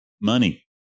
money